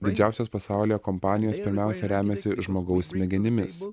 didžiausios pasaulyje kompanijos pirmiausia remiasi žmogaus smegenimis